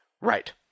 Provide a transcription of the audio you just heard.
Right